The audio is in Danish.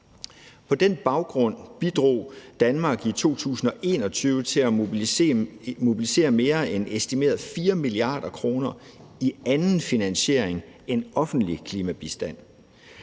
På den baggrund bidrog Danmark i 2021 til at mobilisere mere end estimeret 4 mia. kr. i anden finansiering end offentlig klimabistand.